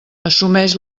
assumeix